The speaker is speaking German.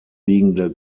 liegende